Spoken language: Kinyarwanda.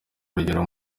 urugero